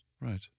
Right